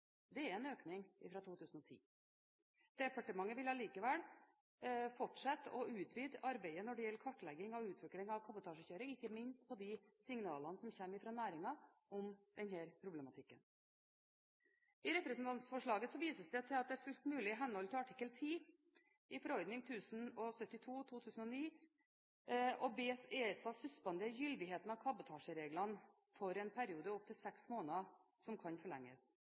Det er en økning fra 2010. Departementet vil likevel fortsette å utvide arbeidet når det gjelder kartlegging av utvikling av kabotasjekjøring – ikke minst pga. de signalene som kommer fra næringen om denne problematikken. I representantforslaget vises det til at det er fullt mulig iht. Artikkel 10 i forordning 1072/2009 å be ESA suspendere gyldigheten av kabotasjereglene for en periode opp til seks måneder – som kan forlenges.